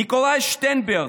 ניקולאי שטיינברג,